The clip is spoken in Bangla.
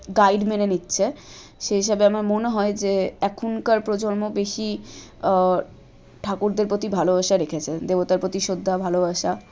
গাইড মেনে নিচ্ছে সেই হিসাবে আমার মনে হয় যে এখনকার প্রজন্ম বেশি ঠাকুরদের প্রতি ভালোবাসা রেখেছে দেবতার প্রতি শ্রদ্ধা ভালোবাসা